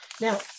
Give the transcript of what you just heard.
Now